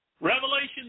Revelation